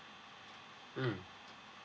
mm